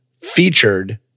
Featured